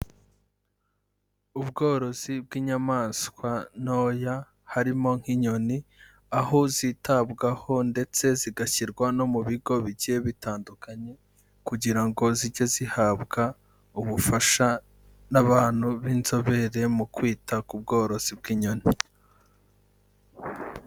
Ubworozi bw'inyamaswa ntoya; harimo nk'inyoni, aho zitabwaho ndetse zigashyirwa no mu bigo bigiye bitandukanye, kugira ngo zijye zihabwa ubufasha n'abantu b'inzobere mu kwita k'ubworozi bw'inyoni.